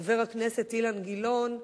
חבר הכנסת אילן גילאון,